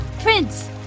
Prince